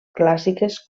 clàssiques